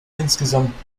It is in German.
insgesamt